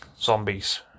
zombies